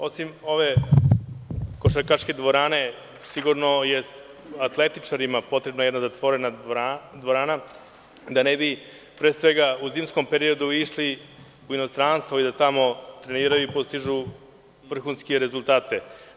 Osim ove košarkaške dvorane, sigurno je atletičarima potrebna jedna zatvorena dvorana, da ne bi, pre svega u zimskom periodu, išli u inostranstvo, da tamo treniraju i postižu vrhunske rezultate.